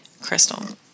Crystal